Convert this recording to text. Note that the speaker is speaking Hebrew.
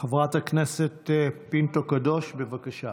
חברת הכנסת פינטו קדוש, בבקשה.